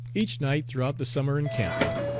each night throughout the summer encampment,